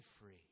free